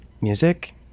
music